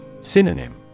Synonym